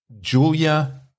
Julia